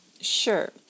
Sure